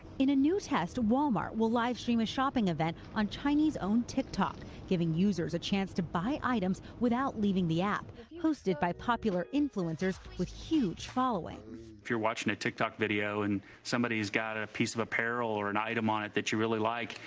in a new test, walmart will live stream a shopping event on chinese owned tiktok giving users a chance to buy items without leaving the app hosted by popular influencers with huge followings. if you're watching a tiktok video and somebody's got a piece of apparel or an item on it that you really like,